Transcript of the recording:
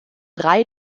drei